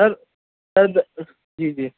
سر sir جی جی